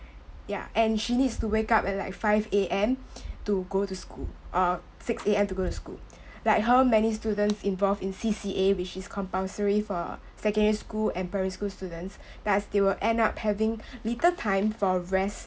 yeah and she needs to wake up at like five A_M to go to school uh six A_M to go to school like her many students involved in C_C_A which is compulsory for secondary school and primary school students thus they will up having little time for rest